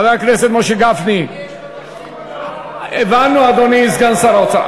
חבר הכנסת משה גפני, הבנו, אדוני סגן שר האוצר.